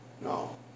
No